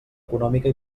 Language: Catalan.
econòmica